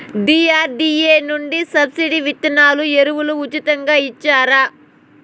DRDA నుండి subsidy విత్తనాలు ఎరువులు ఉచితంగా ఇచ్చారా?